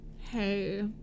hey